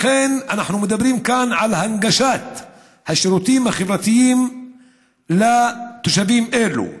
לכן אנחנו מדברים כאן על הנגשת השירותים החברתיים לתושבים אלה.